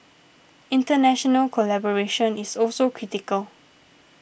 international collaboration is also critical